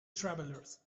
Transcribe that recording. travelers